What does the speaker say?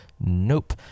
Nope